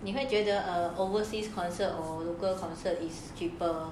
你会觉得 or overseas concert or local concert is cheaper